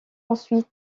ensuite